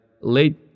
late